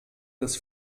des